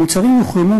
המוצרים יוחרמו.